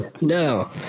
no